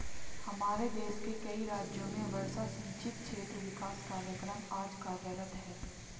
हमारे देश के कई राज्यों में वर्षा सिंचित क्षेत्र विकास कार्यक्रम आज कार्यरत है